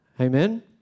Amen